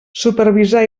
supervisar